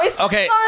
okay